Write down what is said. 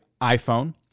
iPhone